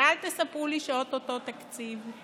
ואל תספרו לי שאו-טו-טו תקציב,